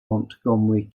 montgomery